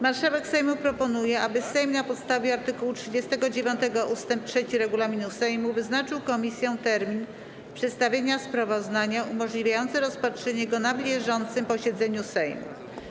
Marszałek Sejmu proponuje, aby Sejm, na podstawie art. 39 ust. 3 regulaminu Sejmu, wyznaczył komisjom termin przedstawienia sprawozdania umożliwiający rozpatrzenie go na bieżącym posiedzeniu Sejmu.